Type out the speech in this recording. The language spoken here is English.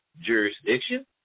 jurisdiction